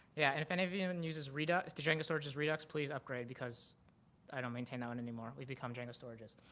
yeah, and if any of you and uses redux, the django storages redux, please upgrade, because i don't maintain that one anymore. we've become django storages.